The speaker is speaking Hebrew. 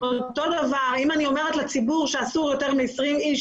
אם אני אומרת לציבור שאסור יותר מ-20 אנשים